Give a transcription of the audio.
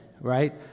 right